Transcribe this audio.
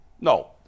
No